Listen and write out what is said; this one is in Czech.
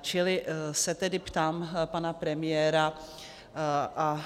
Čili se tedy ptám pana premiéra a